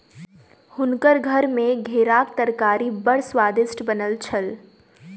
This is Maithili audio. हुनकर घर मे घेराक तरकारी बड़ स्वादिष्ट बनल छल